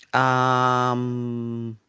ah um.